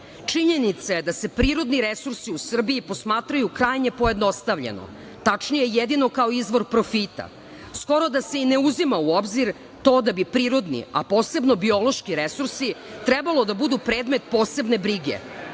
činjenica je da se prirodni resursi u Srbiji posmatraju krajnje pojednostavljeno, tačnije jedino kao izvor profita. Skoro da se i ne uzima u obzir to da bi prirodni, a posebno biološki resursi trebalo da budu predmet posebne brige.